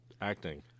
acting